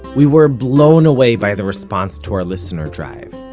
we were blown away by the response to our listener drive.